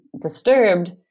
disturbed